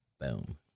Boom